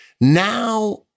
Now